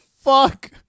fuck